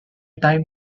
time